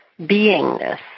beingness